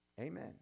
Amen